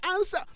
answer